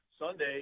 Sunday